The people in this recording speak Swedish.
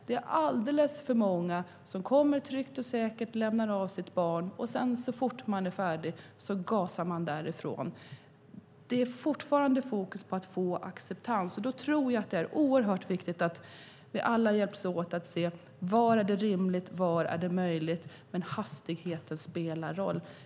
Det är alldeles för många föräldrar som kommer körande tryggt och säkert och som sedan, när de har lämnat av sitt barn, gasar därifrån. Fokus är fortfarande på att få acceptans. Det är viktigt att vi alla hjälps åt att se var det är rimligt och möjligt. Hastigheten spelar roll.